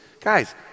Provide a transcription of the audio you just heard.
Guys